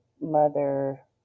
mother